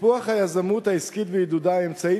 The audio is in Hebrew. טיפוח היזמות העסקית ועידודה הם אמצעי